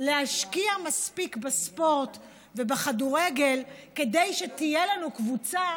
להשקיע מספיק בספורט ובכדורגל כדי שתהיה לנו קבוצה,